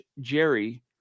Jerry